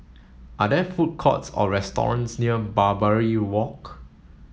are there food courts or restaurants near Barbary Walk